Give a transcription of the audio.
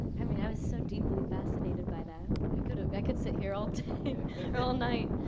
i mean i was so deeply fascinated by that. i could i could sit here all day or all night